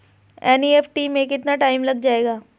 NEFT में कितना time लग जाएगा?